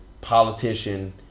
politician